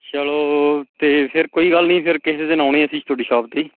ਚਲੋ ਤਾਂ ਫਿਰ ਕੋਈ ਗੱਲ ਨਹੀਂ ਫਿਰ ਕਿਸੇ ਦਿਨ ਆਉਂਦੇ ਅਸੀਂ ਤੁਹਾਡੀ ਸ਼ਾਪ 'ਤੇ